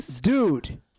dude